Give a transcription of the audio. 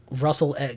Russell